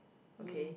okay